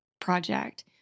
project